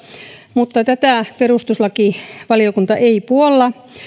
mutta tätä perustuslakivaliokunta ei puolla